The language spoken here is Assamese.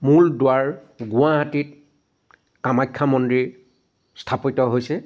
মূল দ্বাৰ গুৱাহাটীত কামাখ্যা মন্দিৰ স্থাপত্য হৈছে